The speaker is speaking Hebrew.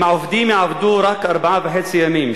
אם העובדים יעבדו רק ארבעה וחצי ימים,